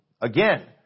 Again